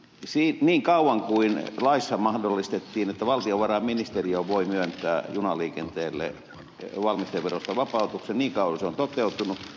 toiseksi niin kauan kuin laissa mahdollistettiin että valtiovarainministeriö voi myöntää junaliikenteelle valmisteverosta vapautuksen niin kauan se on toteutunut